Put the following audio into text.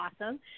awesome